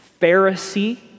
Pharisee